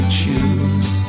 choose